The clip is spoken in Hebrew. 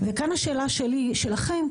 וכאן השאלה שלי אליכם,